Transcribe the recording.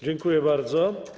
Dziękuję bardzo.